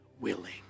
willing